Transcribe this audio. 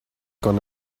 going